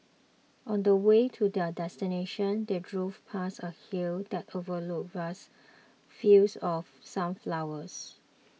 on the way to their destination they drove past a hill that overlooked vast fields of sunflowers